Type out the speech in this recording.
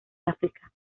áfrica